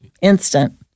instant